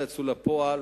והן לא יצאו לפועל.